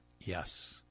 Yes